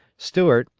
stuart,